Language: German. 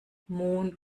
mohn